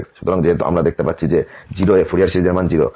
সুতরাং যেহেতু আমরা দেখতে পাচ্ছি যে 0 এ ফুরিয়ার সিরিজের মান 0